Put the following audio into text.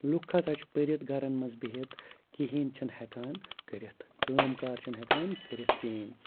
لُکھ ہَسا چھِ پٔرِتھ گَرَن منٛز بِہِتھ کِہیٖنۍ چھِنہٕ ہیٚکان کٔرِتھ کٲم کار چھِنہٕ ہیٚکان کٔرِتھ کِہیٖنۍ